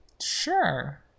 sure